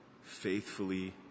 faithfully